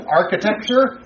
architecture